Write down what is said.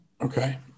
Okay